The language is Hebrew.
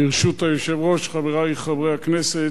ברשות היושב-ראש, חברי חברי הכנסת,